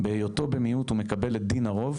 בהיותו במיעוט הוא מקבל את דין הרוב,